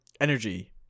Energy